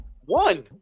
One